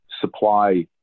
supply